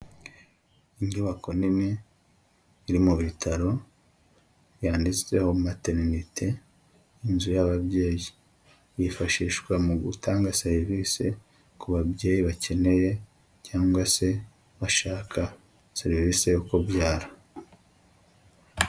Inyubako nini iri mu bitaro byanditsweho materinite, inzu y'ababyeyi, yifashishwa mu gutanga serivisi ku babyeyi bakeneye cyangwa se bashaka serivisi yo kubyara.